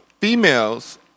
females